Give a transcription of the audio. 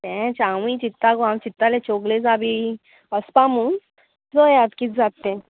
तेंच हांवूय चित्ता गो हांव चित्ताले चोगलेजा बी वसपा मूयात किद जात ते